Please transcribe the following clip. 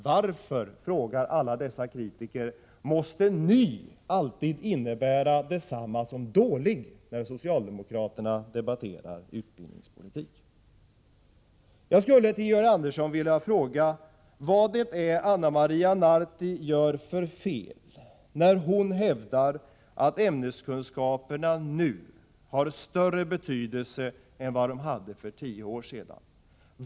Varför, frågar kritikerna, måste ny alltid innebära det samma som dålig, när socialdemokraterna förändrar skolan? Jag skulle till slut vilja fråga Georg Andersson: Vad gör Anna Maria Narti för fel, när hon hävdar att ämneskunskaperna nu har större betydelse än vad de hade för tio år sedan?